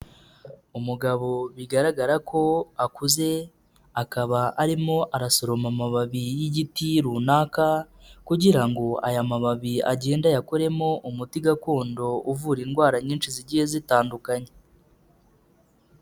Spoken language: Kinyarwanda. Umugabo bigaragara ko akuze, akaba arimo arasoroma amababi y'igiti runaka kugira ngo aya mababi agende ayakoremo umuti gakondo uvura indwara nyinshi zigiye zitandukanye.